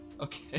Okay